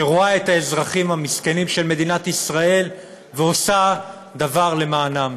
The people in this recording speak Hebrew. שרואה את האזרחים המסכנים של מדינת ישראל ועושה דבר למענם.